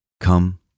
Come